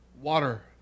Water